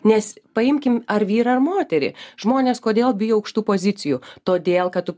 nes paimkim ar vyrą ar moterį žmonės kodėl bijo aukštų pozicijų todėl kad tu